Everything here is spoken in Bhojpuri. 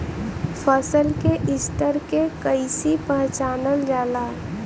फसल के स्तर के कइसी पहचानल जाला